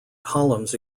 columns